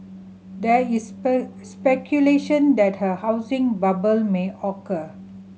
there is speculation that a housing bubble may occur